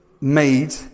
made